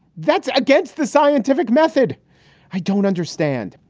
that's against the scientific method i don't understand.